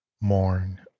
Mourn